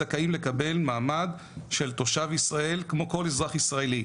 זכאים לקבל מעמד של תושב ישראל כמו כל אזרח ישראלי,